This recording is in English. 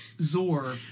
Zor